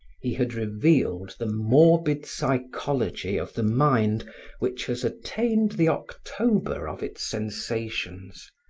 he had revealed the morbid psychology of the mind which has attained the october of its sensations,